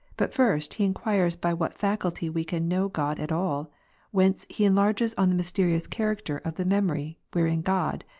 but first, he enquires by what faculty we can know god at all whence he enlarges on the mysterious character of the memory, wherein god,